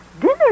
dinner